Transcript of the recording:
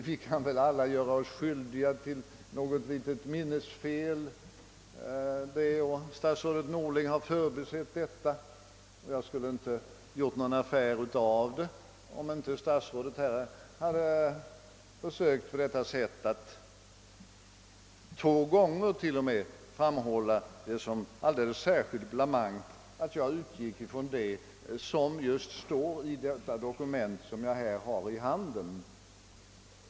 Vi kan alla råka ut för små minnesfel, och jag skulle inte ha gjort någon affär av att statsrådet Norling hade förbisett detta, om inte statsrådet här — t.o.m. två gånger — hade framhållit som alldeles särskilt blamant att jag utgick från det som står i detta dokument som jag här har i handen.